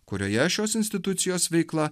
kurioje šios institucijos veikla